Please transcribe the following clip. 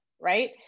right